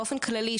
באופן כללי,